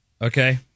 Okay